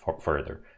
further